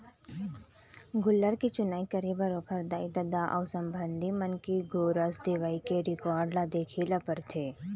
गोल्लर के चुनई करे बर ओखर दाई, ददा अउ संबंधी मन के गोरस देवई के रिकार्ड ल देखे ल परथे